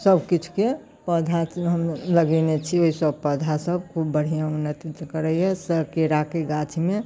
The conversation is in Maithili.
सबकिछुके पौधा हम लगेने छी ओहिसब पौधासब खूब बढ़िआँ उन्नति करैए सब केराके गाछ्मे